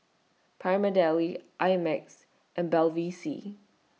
Prima Deli I Max and Bevy C